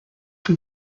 son